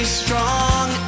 strong